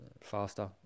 faster